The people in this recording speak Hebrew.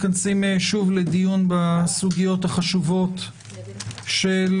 לדיון בסוגיות החשובות של